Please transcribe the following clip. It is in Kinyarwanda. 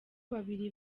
babiri